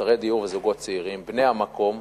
למחוסרי דיור וזוגות צעירים בני המקום,